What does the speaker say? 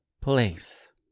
place